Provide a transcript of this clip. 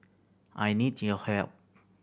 I need your help